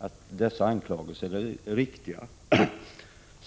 att dessa anklagelser är riktiga.